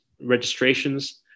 registrations